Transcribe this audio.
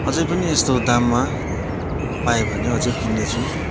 अझै पनि यस्तो दाममा पाएँ भने अझै किन्ने छु